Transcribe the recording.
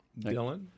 Dylan